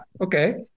Okay